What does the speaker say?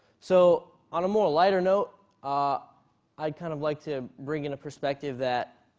so on a more lighter note, ah i'd kind of like to bring in a perspective that